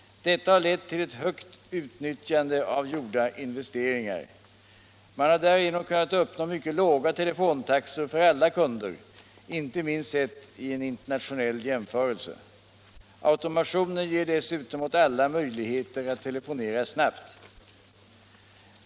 Detta har lett till ett högt utnyttjande av gjorda investeringar. Man har därigenom kunnat uppnå mycket låga telefontaxor för alla kunder, inte minst sett i en internationell jämförelse. Automationen ger dessutom åt alla möjligheter att telefonera snabbt.